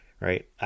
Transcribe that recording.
Right